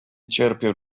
cierpię